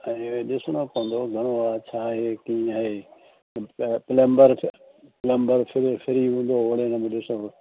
हा इहो ॾिसिणो पवंदो घणो आहे छा आहे कीअं आहे त प्लमबर छा प्लमबर जेको फ्री हूंदो ओड़े नमूने ॾिसंदो